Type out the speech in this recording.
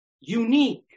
unique